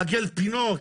לעגל פינות